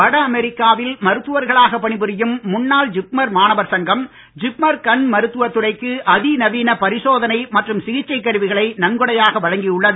வட அமெரிக்காவில் மருத்துவர்களாக பணிபுரியும் முன்னாள் ஜிப்மர் மாணவர்கள் சங்கம் ஜிப்மர் கண் மருத்துவ துறைக்கு அதிநவீன பரிசோதனை மற்றும் சிகிச்சை கருவிகளை நன்கொடையாக வழங்கியுள்ளது